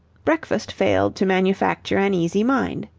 breakfast failed to manufacture an easy mind.